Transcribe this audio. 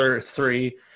three